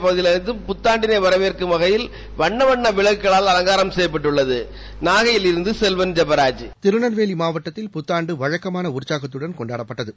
வேளாங்கண்ணி போாலய பகுதிகள் அனைத்தம் புத்தாண்டினை வாவேற்கும் வகையில் வண்ண வண்ண விளக்குகளினால் அலங்காரம் செய்யப்பட்டிருந்தது நாகையிலிருந்து செல்வன் ஜெபாாஜ் திருநெல்வேலி மாவட்டத்தில் புத்தாண்டு வழக்கமான உற்சாகத்துடன் கொண்டாட்டப்பட்டது